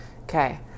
Okay